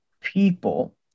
people